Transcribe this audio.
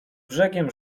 brzegiem